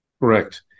Correct